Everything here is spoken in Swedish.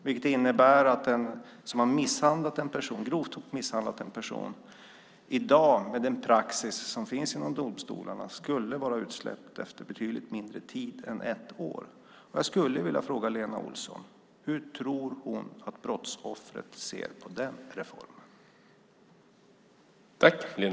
Det innebär att den som har grovt misshandlat en person skulle i dag, med den praxis som finns inom domstolarna, vara frisläppt inom betydligt kortare tid än ett år. Jag skulle vilja fråga Lena Olsson: Hur tror Lena Olsson att brottsoffret ser på den reformen?